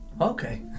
Okay